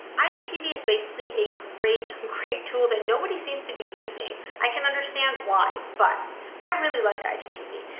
igtv is basically a great, great tool that nobody seems to be using. i can understand why, but i really like igtv.